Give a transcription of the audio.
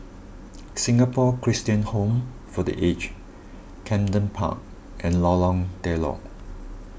Singapore Christian Home for the Aged Camden Park and Lorong Telok